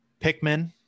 Pikmin